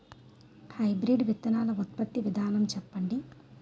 Hybrid విత్తనాలు ఉత్పత్తి విధానం చెప్పండి?